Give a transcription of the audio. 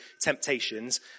temptations